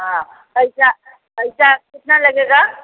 हाँ पैसा पैसा कितना लगेगा